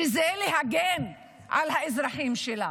להגן על האזרחים שלה.